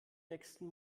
nächsten